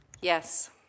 yes